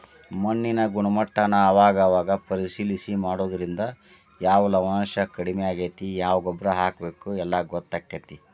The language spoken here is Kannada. ಮಣ್ಣಿನ ಗುಣಮಟ್ಟಾನ ಅವಾಗ ಅವಾಗ ಪರೇಶಿಲನೆ ಮಾಡುದ್ರಿಂದ ಯಾವ ಲವಣಾಂಶಾ ಕಡಮಿ ಆಗೆತಿ ಯಾವ ಗೊಬ್ಬರಾ ಹಾಕಬೇಕ ಎಲ್ಲಾ ಗೊತ್ತಕ್ಕತಿ